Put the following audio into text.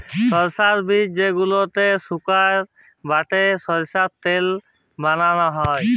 সরষার বীজ যেগলাকে সুকাই বাঁটে সরষার তেল বালাল হ্যয়